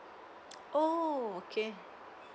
oh okay